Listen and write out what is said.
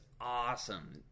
awesome